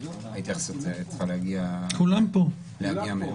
ההתייחסות צריכה להגיע מהם.